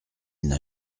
n’a